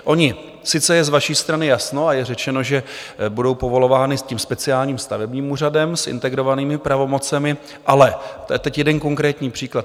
Ono sice je z vaší strany jasno a je řečeno, že budou povolovány tím speciálním stavebním úřadem s integrovaným pravomocemi, ale teď jeden konkrétní příklad.